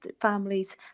families